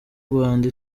rwanda